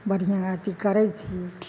बढ़िआँ आर चीज करैत छियै